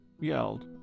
yelled